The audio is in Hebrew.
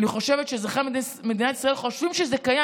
אני חושבת שאזרחי מדינת ישראל חושבים שזה קיים,